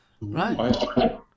right